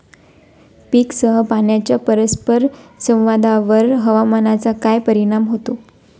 पीकसह पाण्याच्या परस्पर संवादावर हवामानाचा काय परिणाम होतो?